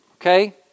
Okay